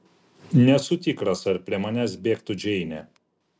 nesu tikras ar prie manęs bėgtų džeinė